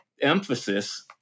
emphasis